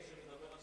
מי שמדבר על שקרים.